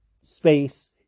space